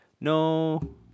no